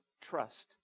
trust